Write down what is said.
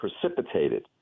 precipitated